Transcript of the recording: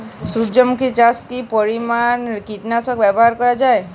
সূর্যমুখি চাষে কি পরিমান কীটনাশক ব্যবহার করা যায়?